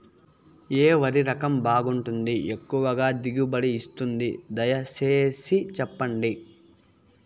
ఏ వరి రకం బాగుంటుంది, ఎక్కువగా దిగుబడి ఇస్తుంది దయసేసి చెప్పండి?